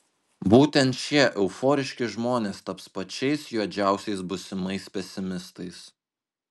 būtent šie euforiški žmonės taps pačiais juodžiausiais būsimais pesimistais